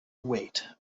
wait